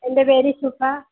എൻ്റെ പേര് ശുഭ